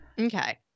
okay